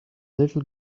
little